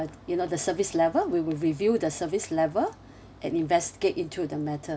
you know the service level we will review the service level and investigate into the matter